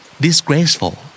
Disgraceful